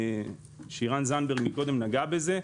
שירן זנדברג נגעה בזה קודם.